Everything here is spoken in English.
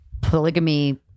polygamy